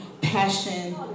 passion